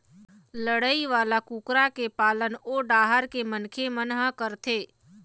लड़ई वाला कुकरा के पालन ओ डाहर के मनखे मन ह करथे